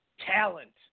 Talent